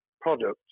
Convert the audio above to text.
products